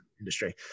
industry